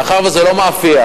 מאחר שזה לא מאפייה,